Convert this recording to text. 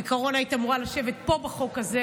בעיקרון היית אמורה לשבת פה בחוק הזה,